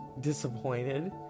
disappointed